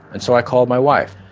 and so i called my wife.